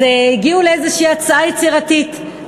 אז הגיעו לאיזושהי הצעה יצירתית.